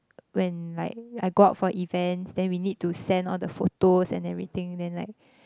when like I go out for events then we need to send all the photos and everything then like